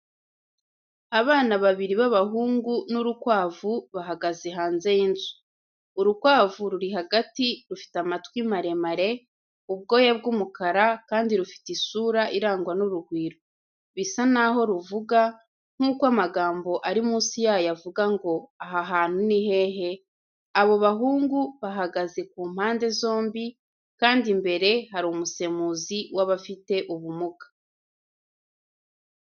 Abana babiri b'abahungu n'urukwavu, bahagaze hanze y'inzu. Urukwavu ruri hagati, rufite amatwi maremare, ubwoya bw'umukara kandi rufite isura irangwa n'urugwiro. Bisa naho ruvuga, nk'uko amagambo ari munsi yayo avuga ngo: "Aha hantu ni hehe?" Abo bahungu bahagaze ku mpande zombi, kandi imbere hari umusemuzi w'abafite ubumuga.